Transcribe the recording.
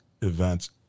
events